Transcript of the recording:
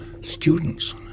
students